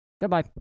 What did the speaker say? Goodbye